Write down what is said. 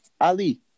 Ali